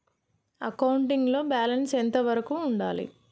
Accounting లో balance ఎంత వరకు ఉండాలి?